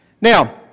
Now